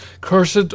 Cursed